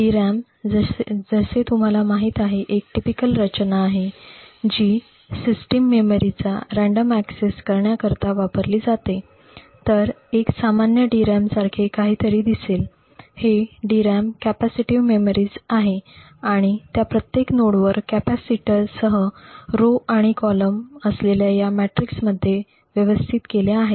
DRAM जसे तुम्हाला माहिती आहे एक टीपीकल रचना आहे जी सिस्टिम मेमरीचा रँडम ऍक्सेस करण्या करता वापरली जाते तर एक सामान्य DRAM यासारखे काहीतरी दिसेलहे DRAM कॅपेसिटिव्ह मेमरीज आहेत आणि त्या प्रत्येक नोडवर कॅपेसिटरसह रो आणि कॉलम असलेल्या या मॅट्रिक्समध्ये व्यवस्थित केल्या आहेत